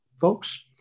folks